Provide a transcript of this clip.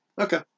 Okay